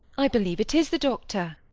i believe it is the doctor.